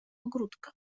ogródka